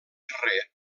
ferrer